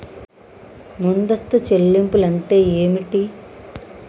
ముందస్తు చెల్లింపులు అంటే ఏమిటి?